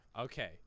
Okay